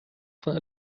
von